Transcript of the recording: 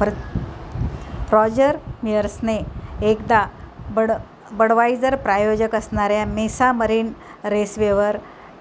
परत रॉजर मिअर्सने एकदा बड बडवायजर प्रायोजक असणाऱ्या मेसा मरीन रेसवेवर